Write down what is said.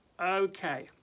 Okay